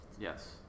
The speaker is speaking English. Yes